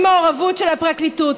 עם מעורבות של הפרקליטות,